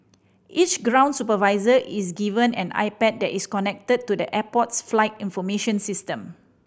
each ground supervisor is given an iPad that is connected to the airport's flight information system